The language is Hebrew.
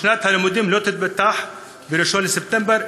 ששנת הלימודים לא תיפתח ב-1 בספטמבר,